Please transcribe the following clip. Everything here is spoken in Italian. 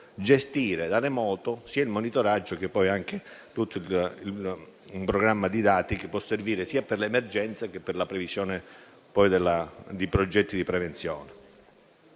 gestire da remoto sia il monitoraggio che un programma di dati utile sia per l'emergenza che per la previsione di progetti di prevenzione.